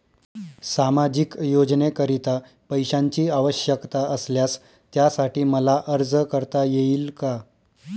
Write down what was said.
सामाजिक योजनेकरीता पैशांची आवश्यकता असल्यास त्यासाठी मला अर्ज करता येईल का?